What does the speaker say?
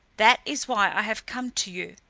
that is why i have come to you.